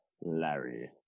Larry